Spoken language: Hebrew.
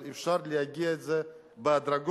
אבל אפשר להגיע לזה בהדרגה.